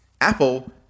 Apple